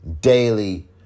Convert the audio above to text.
daily